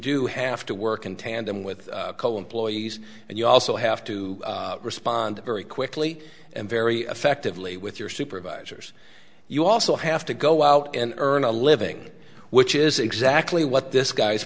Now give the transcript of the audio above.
do have to work in tandem with coal employees and you also have to respond very quickly and very effectively with your supervisors you also have to go out and earn a living which is exactly what this guy's